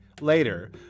Later